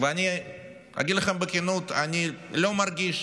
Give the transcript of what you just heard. ואני אגיד לכם בכנות, אני לא מרגיש,